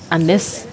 unless